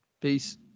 Peace